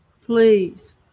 please